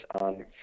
on